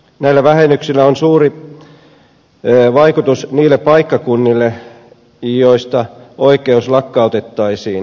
näillä vähennyksillä on suuri vaikutus niihin paikkakuntiin joista oikeus lakkautettaisiin